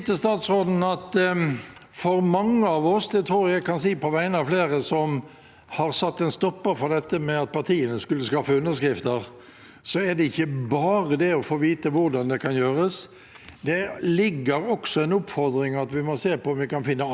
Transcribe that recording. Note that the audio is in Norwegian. ikke bare handler om å få vite hvordan det kan gjøres, i det ligger også en oppfordring til at vi må se på om vi kan finne andre løsninger. Det er en stor jobb hvis listeforslagsstillere og partier skal samle alle disse underskriftene.